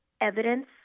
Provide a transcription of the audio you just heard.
evidence